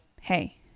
hey